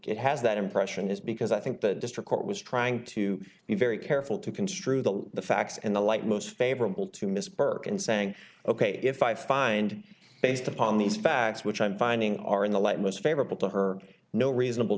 it has that impression is because i think the district court was trying to be very careful to construe the facts and the light most favorable to mrs burke and saying ok if i find based upon these facts which i'm finding are in the light most favorable to her no reasonable